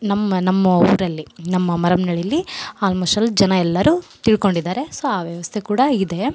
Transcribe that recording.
ನಮ್ಮ ನಮ್ಮ ಊರಲ್ಲಿ ನಮ್ಮ ಮರಮ್ಮನಹಳ್ಳಿಲಿ ಆಲ್ಮೊಶಲ್ ಜನ ಎಲ್ಲರೂ ತಿಳ್ಕೊಂಡಿದ್ದಾರೆ ಸೊ ಆ ವ್ಯವಸ್ಥೆ ಕೂಡ ಇದೆ